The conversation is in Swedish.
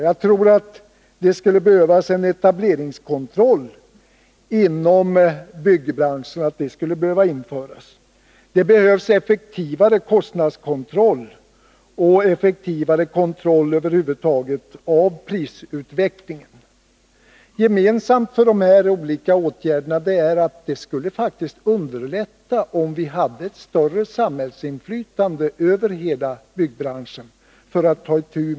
Jag tror att en etableringskontroll skulle behöva införas inom byggbranschen. Det behövs effektivare kostnadskontroll och effektivare kontroll över huvud taget av prisutvecklingen. Gemensamt för dessa olika åtgärder är att uppgifterna skulle underlättas om vi hade ett större samhällsinflytande över hela byggbranchen.